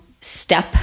step